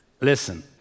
Listen